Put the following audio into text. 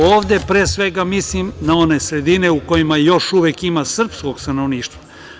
Ovde pre svega mislim na one sredine u kojima još uvek ima srpskog stanovništva.